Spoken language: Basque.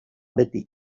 beti